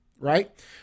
right